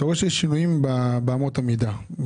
אתה רואה שיש שינויים באמות המידה,